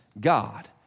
God